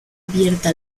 abierta